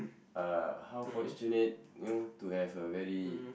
uh how fortunate you know to have a very